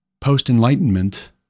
post-Enlightenment